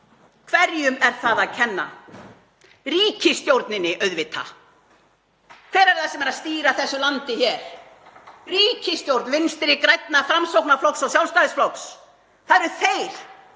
hverjum er það að kenna? Ríkisstjórninni auðvitað. Hver er það sem er að stýra þessu landi hér? Ríkisstjórn Vinstri grænna, Framsóknarflokks og Sjálfstæðisflokks. Það eru þeir